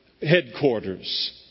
headquarters